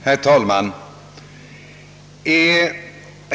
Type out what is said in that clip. Herr talman!